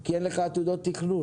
כי אין לך עתודות תכנון.